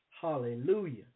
Hallelujah